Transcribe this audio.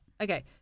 okay